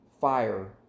fire